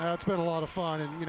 it's been a lot of fun, and you